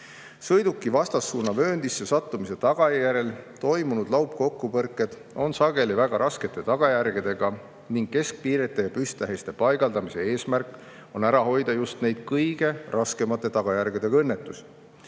Sõiduki vastassuunavööndisse sattumise tagajärjel toimunud laupkokkupõrked on sageli väga raskete tagajärgedega ning keskpiirete ja püsttähiste paigaldamise eesmärk on ära hoida just neid kõige raskemate tagajärgedega õnnetusi.